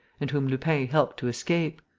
and whom lupin helped to escape.